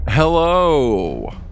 Hello